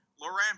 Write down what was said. Laurent